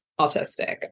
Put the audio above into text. autistic